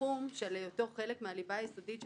שתפרוס עליו את חסותה.